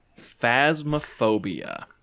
Phasmophobia